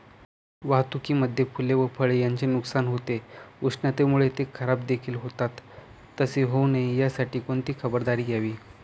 वाहतुकीमध्ये फूले व फळे यांचे नुकसान होते, उष्णतेमुळे ते खराबदेखील होतात तसे होऊ नये यासाठी कोणती खबरदारी घ्यावी?